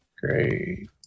great